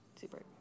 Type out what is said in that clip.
Super